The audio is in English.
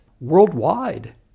worldwide